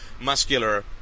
muscular